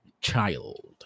child